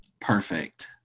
Perfect